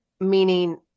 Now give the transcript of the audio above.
meaning